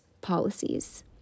policies